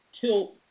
till